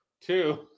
two